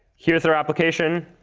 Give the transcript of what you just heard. here's our application.